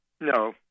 No